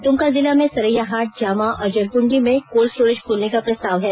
द्मका जिला में सरैयाहाट जामा और जरमुंडी में कोल्ड स्टोरेज खोलने का प्रस्ताव है